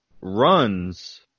runs